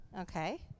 Okay